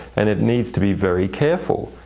and it needs to be very careful.